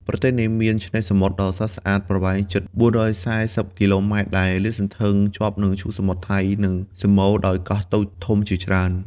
ប្រទេសនេះមានឆ្នេរសមុទ្រដ៏ស្រស់ស្អាតប្រវែងជិត ៤៤០ គីឡូម៉ែត្រ ដែលលាតសន្ធឹងជាប់នឹងឈូងសមុទ្រថៃ និងសម្បូរដោយកោះតូចធំជាច្រើន។